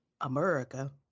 America